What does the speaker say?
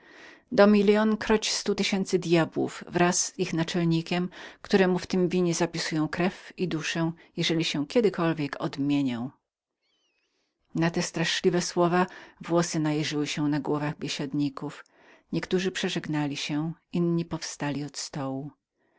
do milion kroć sto tysięcy djabłów wraz z ich naczelnikiem któremu w tem winie zapisuję krew i duszę jeżeli się kiedykolwiek odmienię na te straszliwe słowa włosy najeżyły się na głowach biesiadników niektórzy przeżegnali się inni powstali od stołu